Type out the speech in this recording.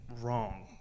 wrong